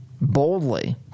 boldly